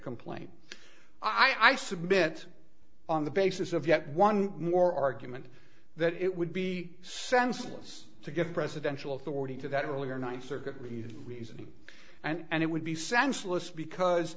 complaint i submit on the basis of yet one more argument that it would be senseless to give presidential authority to that earlier ninth circuit review reasoning and it would be senseless